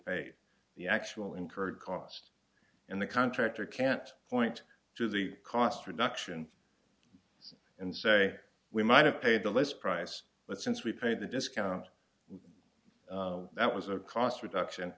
paid the actual incurred cost in the contractor can't point to the cost reduction and say we might have paid less price but since we paid the discount that was a cost reduction